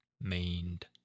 Maned